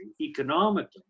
economically